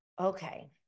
Okay